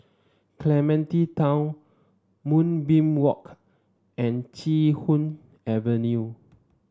Clementi Town Moonbeam Walk and Chee Hoon Avenue